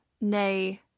nay